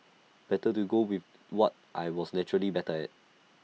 better to go with what I was naturally better at